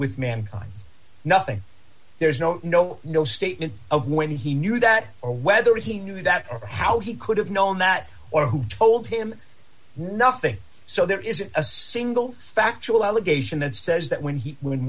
with mankind nothing there's no no no statement of when he knew that or whether he knew that or how he could have known that or who told him nothing so there isn't a single factual allegation that says that when he when